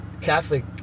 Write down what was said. Catholic